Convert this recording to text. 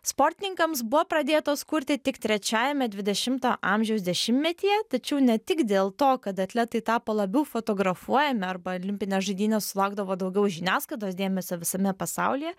sportininkams buvo pradėtos kurti tik trečiajame dvidešimto amžiaus dešimtmetyje tačiau ne tik dėl to kad atletai tapo labiau fotografuojami arba olimpinės žaidynės sulaukdavo daugiau žiniasklaidos dėmesio visame pasaulyje